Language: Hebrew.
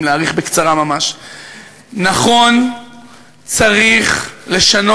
כבוד סגן שר הביטחון,